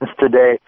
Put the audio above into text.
today